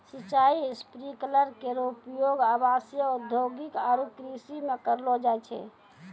सिंचाई स्प्रिंकलर केरो उपयोग आवासीय, औद्योगिक आरु कृषि म करलो जाय छै